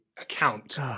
account